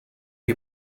you